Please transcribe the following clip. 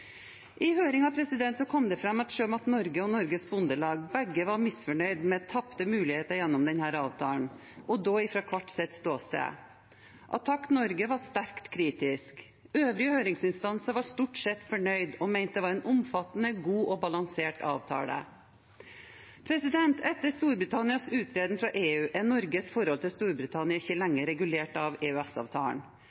kom det fram at Sjømat Norge og Norges Bondelag begge var misfornøyde med tapte muligheter gjennom denne avtalen – da fra hvert sitt ståsted. Attac Norge var sterkt kritisk. Øvrige høringsinstanser var stort sett fornøyd og mente det var en omfattende, god og balansert avtale. Etter Storbritannias uttreden fra EU er Norges forhold til Storbritannia ikke